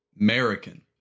American